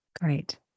Great